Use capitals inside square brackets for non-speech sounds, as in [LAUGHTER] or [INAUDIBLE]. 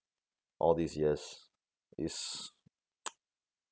all these years is [NOISE]